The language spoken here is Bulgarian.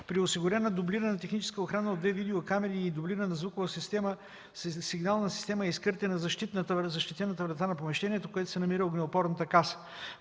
при осигурена дублирана техническа охрана от две видеокамери и дублирана звукова сигнална система е изкъртена защитната врата на помещението, в което се намира огнеупорната каса.